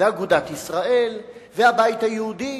ואגודת ישראל והבית היהודי,